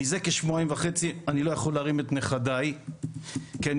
זה כשבועיים וחצי אני לא יכול להרים את נכדיי כי אני